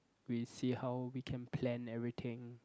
we see how we can plan everything